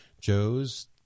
Joe's